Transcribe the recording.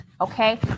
Okay